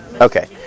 Okay